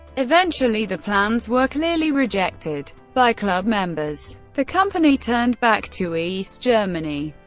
eventually, the plans were clearly rejected by club members. the company turned back to east germany.